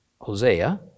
Hosea